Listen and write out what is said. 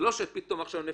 זה לא שפתאום עכשיו אתם